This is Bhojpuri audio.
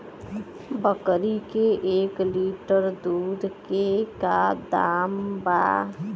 बकरी के एक लीटर दूध के का दाम बा?